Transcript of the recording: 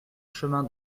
chemin